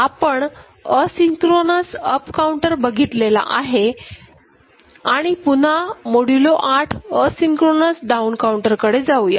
आपण asynchronous up counter बघितलेला आहे हे आणि पुन्हा मोदूलो 8 असिंक्रोनस डाऊन काउंटर कडे जाऊया